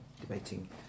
debating